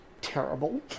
terrible